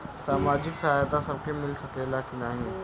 सामाजिक सहायता सबके मिल सकेला की नाहीं?